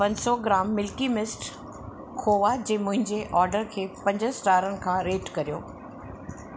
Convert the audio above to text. पंज सौ ग्राम मिल्कीमिस्ट खोवा जे मुंहिंजे ऑर्डर खे पंज स्टारनि खां रेट कयो